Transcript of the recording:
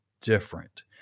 different